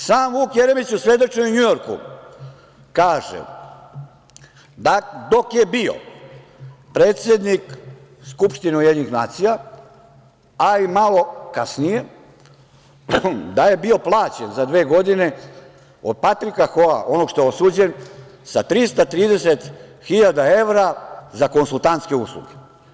Sam Vuk Jeremić u svedočenju u Njujorku kaže da dok je bio predsednik Skupštine UN, a i malo kasnije, da je bio plaćen za dve godine od Patrika Hoa, onog što je osuđen, sa 330.000 evra za konsultantske usluge.